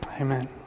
Amen